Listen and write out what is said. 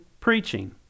preaching